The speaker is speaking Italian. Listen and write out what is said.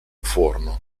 forno